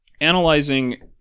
analyzing